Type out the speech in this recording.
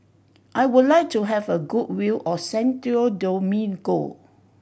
I would like to have a good view of Santo Domingo